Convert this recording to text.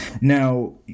now